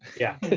yeah.